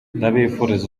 ndabifuriza